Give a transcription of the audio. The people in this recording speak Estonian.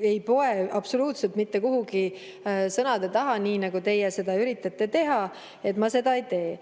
ei poe absoluutselt mitte mingite sõnade taha, nii nagu teie seda üritate teha. Seda ma ei tee.